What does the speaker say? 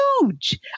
huge